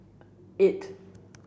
eight